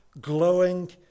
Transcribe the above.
glowing